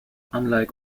unlike